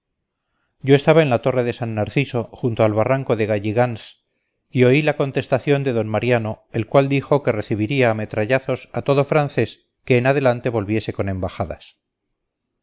yo estaba en la torre de san narciso junto al barranco de galligans y oí la contestación de d mariano el cual dijo que recibiría a metrallazos a todo francés que en adelante volviese con embajadas